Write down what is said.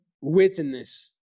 witness